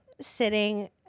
sitting